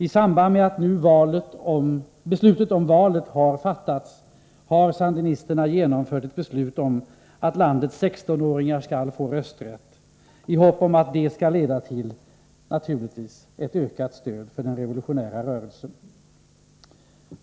I samband med beslutet om valet har sandinisterna genomfört ett beslut om att landets 16-åringar skall få rösträtt, naturligtvis i hopp om att detta skall leda till ett ökat stöd för den revolutionära rörelsen.